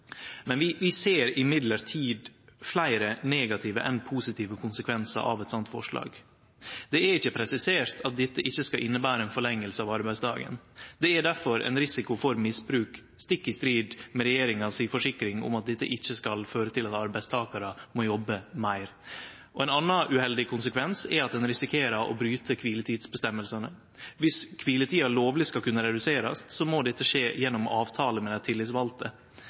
Men vi ser fleire negative enn positive konsekvensar av eit slikt forslag. Det er ikkje presisert at dette ikkje skal innebere ei forlenging av arbeidsdagen. Det er difor ein risiko for misbruk, stikk i strid med regjeringa si forsikring om at dette ikkje skal føre til at arbeidstakarar må jobbe meir. Ein annan uheldig konsekvens er at ein risikerer å bryte kviletidsreglane. Dersom kviletida lovleg skal kunne reduserast, må dette skje gjennom avtale med dei tillitsvalde.